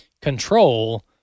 control